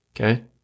Okay